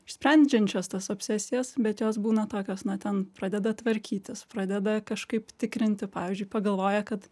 išsprendžiančios tas obsesijas bet jos būna tokios na ten pradeda tvarkytis pradeda kažkaip tikrinti pavyzdžiui pagalvoja kad